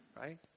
right